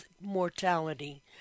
mortality